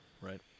Right